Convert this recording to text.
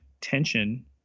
tension